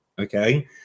okay